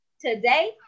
today